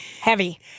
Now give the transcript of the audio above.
Heavy